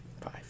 five